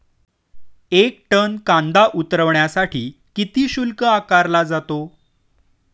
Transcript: एक टन कांदा उतरवण्यासाठी किती शुल्क आकारला जातो?